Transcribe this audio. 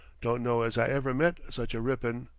don't know as i ever met such a rippin',